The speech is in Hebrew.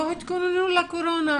לא התכוננו לקורונה,